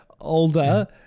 older